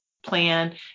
plan